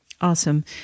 Awesome